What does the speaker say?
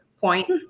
point